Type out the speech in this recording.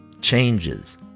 Changes